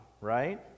right